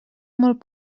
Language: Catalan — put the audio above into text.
molt